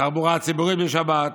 התחבורה הציבורית בשבת,